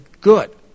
good